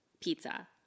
pizza